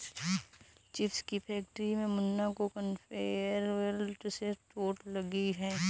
chips की factory में मुन्ना को कन्वेयर बेल्ट से चोट लगी है